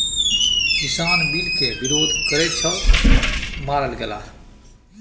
किसान बिल केर विरोध करैत छल मारल गेलाह